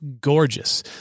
gorgeous